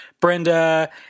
Brenda